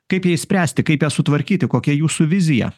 kaip ją išspręsti kaip ją sutvarkyti kokia jūsų vizija